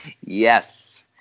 Yes